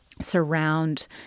surround